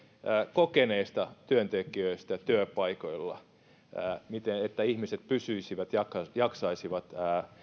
kokeneista työntekijöistä työpaikoilla että ihmiset pysyisivät ja jaksaisivat